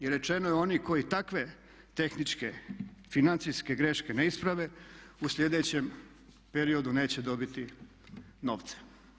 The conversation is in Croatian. I rečeno je oni koji takve tehničke, financijske greške ne isprave u sljedećem periodu neće dobiti novca.